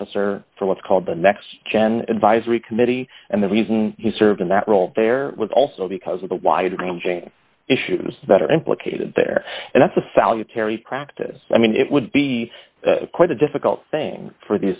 officer for what's called the next gen advisory committee and the reason he served in that role there was also because of the wide ranging issues that are implicated there and that's a salutary practice i mean it would be quite a difficult thing for